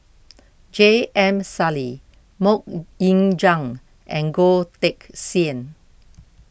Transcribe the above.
J M Sali Mok Ying Jang and Goh Teck Sian